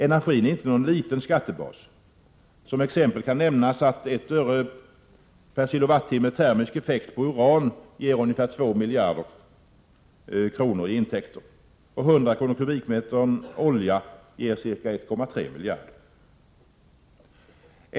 Energin är ingen liten skattebas. Som exempel kan nämnas att 1 öre m? olja ger ca 1,3 miljarder kronor.